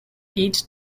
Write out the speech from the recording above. hit